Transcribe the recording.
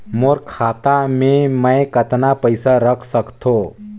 मोर खाता मे मै कतना पइसा रख सख्तो?